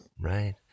right